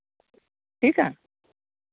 ᱴᱷᱤᱠᱼᱟ